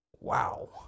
Wow